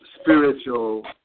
spiritual